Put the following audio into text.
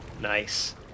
Nice